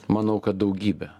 manau kad daugybė